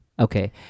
Okay